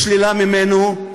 נשללה ממנו.